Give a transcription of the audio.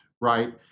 right